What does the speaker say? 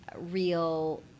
real